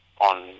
on